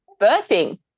birthing